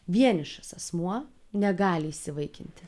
vienišas asmuo negali įsivaikinti